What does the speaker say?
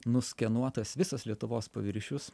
nuskenuotas visas lietuvos paviršius